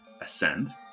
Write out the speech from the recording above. ascend